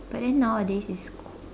but then nowadays it's q~